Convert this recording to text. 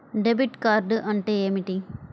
Debit card అంటే ఏమిటి?